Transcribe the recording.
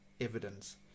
evidence